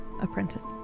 Apprentice